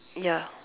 ya